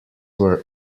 were